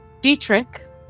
Dietrich